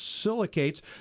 silicates